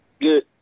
Good